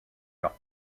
leurs